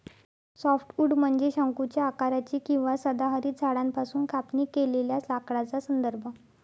softwood म्हणजे शंकूच्या आकाराचे किंवा सदाहरित झाडांपासून कापणी केलेल्या लाकडाचा संदर्भ